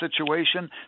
situation